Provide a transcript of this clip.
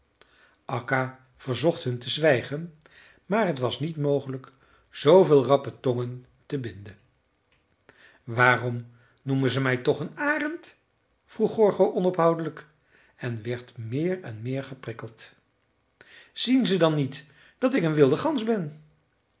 akka verzocht hun te zwijgen maar het was niet mogelijk zveel rappe tongen te binden waarom noemen ze mij toch een arend vroeg gorgo onophoudelijk en werd meer en meer geprikkeld zien ze dan niet dat ik een wilde gans ben